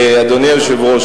אדוני היושב-ראש,